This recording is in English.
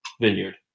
Vineyard